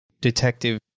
Detective